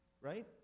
right